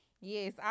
Yes